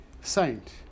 saint